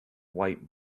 white